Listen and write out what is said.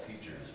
teachers